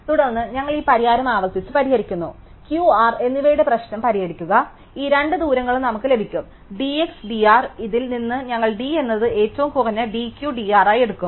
തുടർന്ന് ഞങ്ങൾ ഈ പരിഹാരം ആവർത്തിച്ച് പരിഹരിക്കുന്നു Q R എന്നിവയുടെ പ്രശ്നം പരിഹരിക്കുക ഈ രണ്ട് ദൂരങ്ങളും നമുക്ക് ലഭിക്കും d x d R ഇതിൽ നിന്ന് ഞങ്ങൾ d എന്നത് ഏറ്റവും കുറഞ്ഞ d Q d R ആയി എടുക്കും